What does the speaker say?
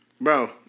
bro